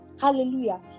Hallelujah